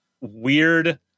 weird